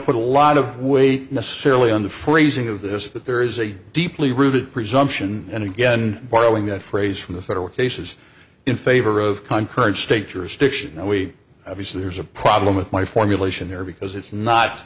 put a lot of weight necessarily and the phrasing of this is that there is a deeply rooted presumption and again borrowing that phrase from the federal cases in favor of concord state jurisdiction and we obviously there's a problem with my formulation there because it's not